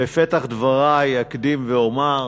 בפתח דברי אקדים ואומר,